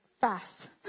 fast